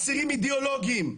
אסירים אידיאולוגיים,